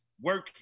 working